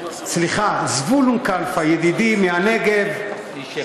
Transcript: סליחה, זבולון כלפה, ידידי מהנגב, איש יקר.